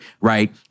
right